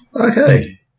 Okay